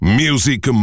music